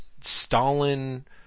Stalin